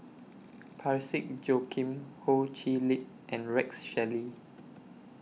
Parsick Joaquim Ho Chee Lick and Rex Shelley